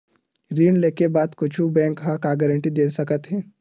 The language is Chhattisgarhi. ऋण लेके बाद कुछु बैंक ह का गारेंटी दे सकत हे?